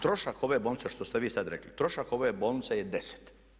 Trošak ove bolnice što ste vi sada rekli, trošak ove bolnice je 10.